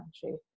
country